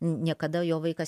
niekada jo vaikas